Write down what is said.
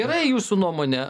yra jūsų nuomone